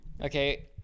Okay